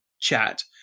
chat